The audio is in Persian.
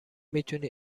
میتونی